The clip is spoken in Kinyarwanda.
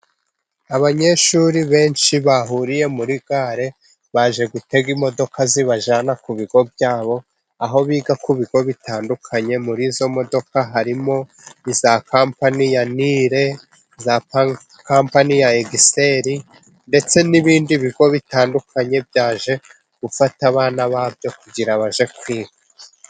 Abanyeshuri benshi bahuriye muri gare, baje gutega imodoka zibajyanana ku bigo byabo, aho biga ku bigo bitandukanye, muri izo modoka harimo iza kampani ya Nire, iza compani ya Egiseri, ndetse n'ibindi bigo bitandukanye, byaje gufata abana babyo kugira bajye kwiga.